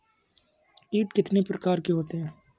कीट कितने प्रकार के होते हैं?